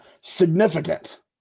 significant